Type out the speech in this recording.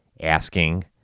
Asking